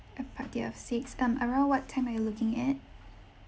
a party of six um around what time are you looking at